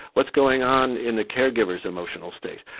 what's going on in the caregiver's emotional state,